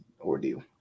ordeal